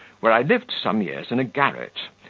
where i lived some years in a garret,